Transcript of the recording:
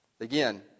Again